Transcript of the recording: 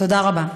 תודה רבה.